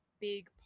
big